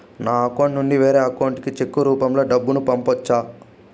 నా అకౌంట్ నుండి వేరే అకౌంట్ కి చెక్కు రూపం లో డబ్బును పంపొచ్చా?